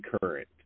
Current